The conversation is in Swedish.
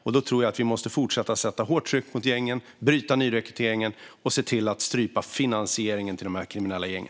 I så fall måste vi fortsätta att sätta hårt tryck på gängen, bryta nyrekryteringen och se till att strypa finansieringen till de kriminella gängen.